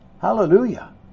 Hallelujah